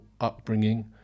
upbringing